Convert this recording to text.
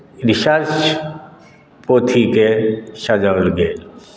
research पोथीकेँ सजाओल गेल